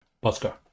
Bosco